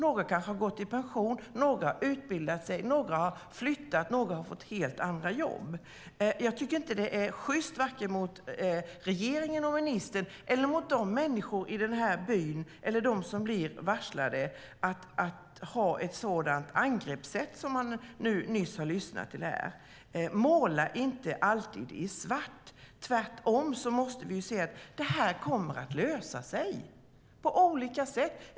Några kanske har gått i pension, några har utbildat sig, några har flyttat och några har fått helt andra jobb. Jag tycker inte att det är sjyst, mot vare sig regeringen, ministern eller de människor i den här bygden som blir varslade att ha ett sådant angreppssätt som man nyss hade här. Måla inte alltid i svart! Tvärtom måste vi se att det kommer att lösa sig på olika sätt.